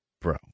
Bro